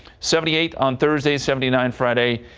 seventy eight on thursday seventy nine friday,